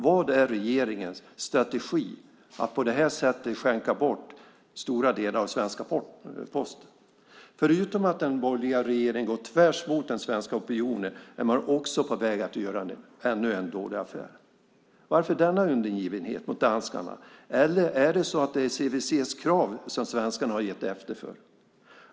Vad är regeringens strategi med att på det här sättet skänka bort svenska Posten? Förutom att den borgerliga regeringen gått tvärtemot den svenska opinionen är man också på väg att göra ännu en dålig affär. Varför denna undergivenhet mot danskarna? Eller är det så att det är CVC:s krav som svenskarna har gett efter för?